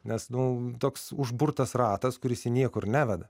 nes nu toks užburtas ratas kuris į niekur neveda